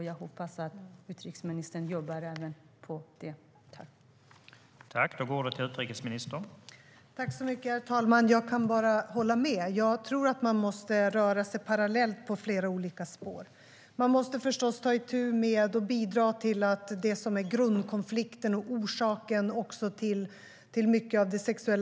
Jag hoppas att utrikesministern jobbar även på det området.